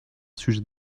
sujet